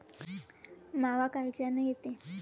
मावा कायच्यानं येते?